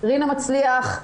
רינה מצליח,